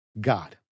God